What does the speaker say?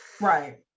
Right